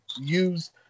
use